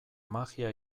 magia